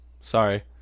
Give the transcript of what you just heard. sorry